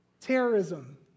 terrorism